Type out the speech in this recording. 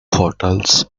hotels